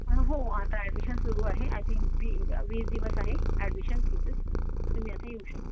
हो आता ॲडमिशन सुरू आहे आय थिंक वी वीस दिवस आहे ॲडमिशन प्रोसेस तुम्ही आता येऊ शकता